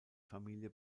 familie